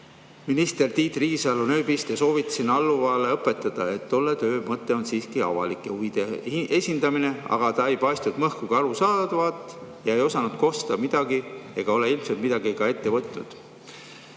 ministril Tiit Riisalol nööbist ja soovitasin alluvale õpetada, et tolle töö mõte on siiski avalike huvide esindamine, aga ta ei paistnud mõhkugi aru saavat, ei osanud kosta midagi ega ole ilmselt ka midagi ette võtnud."